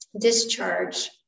discharge